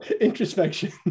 Introspection